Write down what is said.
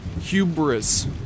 hubris